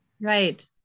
right